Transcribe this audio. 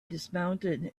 dismounted